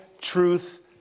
truth